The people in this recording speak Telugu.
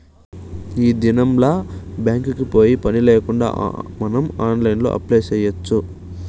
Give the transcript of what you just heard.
ఈ దినంల్ల బ్యాంక్ కి పోయే పనిలేకుండా మనం ఆన్లైన్లో అప్లై చేయచ్చు